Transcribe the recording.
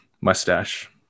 mustache